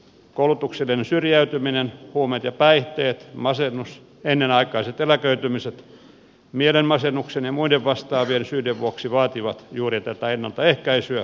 koulutuksellinen syrjäytyminen huumeet ja päihteet masennus ennenaikaiset eläköitymiset mielenmasennuksen ja muiden vastaavien syiden vuoksi vaativat juuri tätä ennaltaehkäisyä